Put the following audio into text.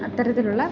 അത്തരത്തിലുള്ള